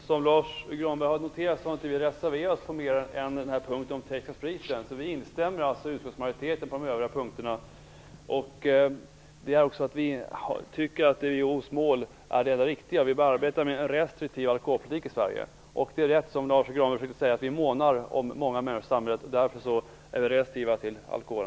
Herr talman! Som Lars U Granberg har noterat har vi inte reserverat oss på mer än den punkt som gäller den tekniska spriten, så vi instämmer med utskottsmajoriteten på de övriga punkterna. Vi tycker att WHO:s mål är det enda riktiga. Vi arbetar för en restriktiv alkoholpolitik i Sverige. Det är riktigt, som Lars U Granberg försökte säga, att vi månar om många människor i samhället, och därför är vi restriktiva till alkohol.